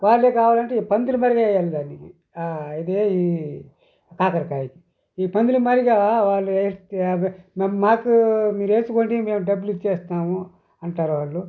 వాళ్లే కావాలంటే పందిరి మళ్ళీ వెయ్యాలి దానికి అదే ఈ కాకరకాయకి ఈ పందిరి మాదిరిగా వాళ్ళు వేస్తే మాకు మీరు వేసుకోండి మేము డబ్బులు ఇచ్చేస్తాము అంటారు వాళ్ళు